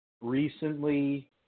recently